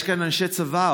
יש כאן אנשי צבא,